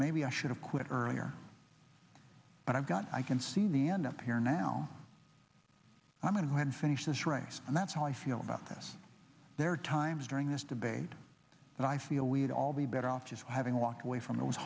maybe i should have quit earlier but i've got i can see the end up here now i mean when i finish this race and that's how i feel about this there are times during this debate that i feel we'd all be better off just having walked away from th